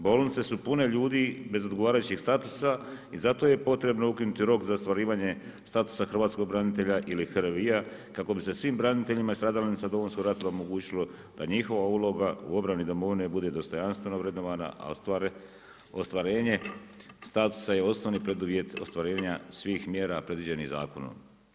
Bolnice su pune ljudi bez odgovarajućeg statusa i zato je potrebno ukinuti rok za ostvarivanje statusa hrvatskog branitelja ili HRVIJA kako bi se svim braniteljima ili stradalnicima Domovinskog rata omogućilo da njihova uloga u obrani domovini bude dostojanstveno vrednovana, a ostvarenje statusa je osnovni preduvjet ostvarenja svih mjera predviđenih zakonom.